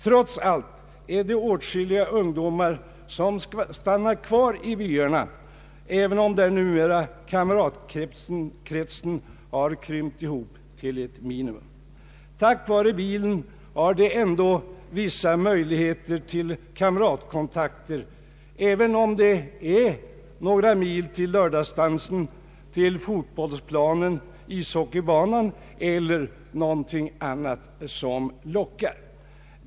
Trots allt är det åtskilliga ungdomar som stannar kvar i byarna, även om kam ratkretsen där har krympt ihop till ett minimum. Tack vare bilen har de ändå vissa möjligheter till kamratkontakter, även om det är några mil till lördagsdansen, till fotbollsplanen, ishockeybanan eller någonting annat som lockar.